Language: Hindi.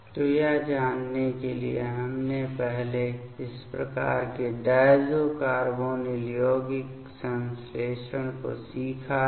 तो यह जानने के लिए कि हमने पहले इस प्रकार के डायज़ो कार्बोनिल यौगिक संश्लेषण को सीखा है